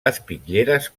espitlleres